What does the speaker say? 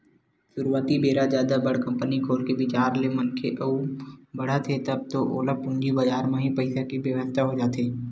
सुरुवाती बेरा जादा बड़ कंपनी खोले के बिचार ले मनखे ह आघू बड़हत हे तब तो ओला पूंजी बजार म ही पइसा के बेवस्था हो जाथे